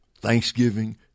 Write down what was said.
Thanksgiving